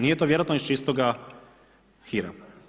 Nije to vjerojatno iz čistoga hira.